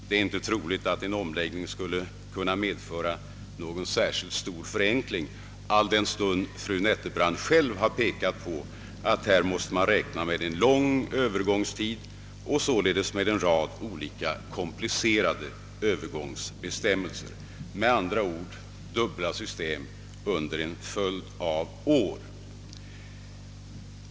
Det är inte troligt att en omläggning skulle kunna medföra någon särskilt stor förenkling, alldenstund fru Nettelbrandt själv pekade på att man måste räkna med en lång övergångstid och således med en rad olika komplicerade övergångsbestämmelser, med andra ord ett dubbelsystem under en följd av år.